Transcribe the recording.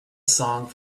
song